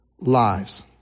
lives